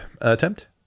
attempt